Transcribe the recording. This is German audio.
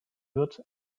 wird